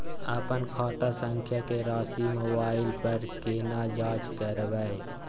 अपन खाता संख्या के राशि मोबाइल पर केना जाँच करब?